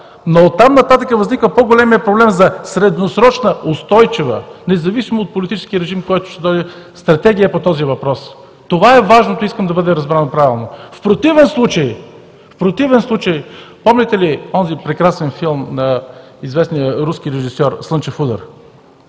но от там нататък възниква по големият проблем за средносрочна, устойчива, независимо от политическия режим, който ще дойде, стратегия по този въпрос. Това е важното и искам да бъда разбран правилно. В противен случай, помните ли онзи прекрасен филм на известния руски режисьор „Слънчев удар“?